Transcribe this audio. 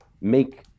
make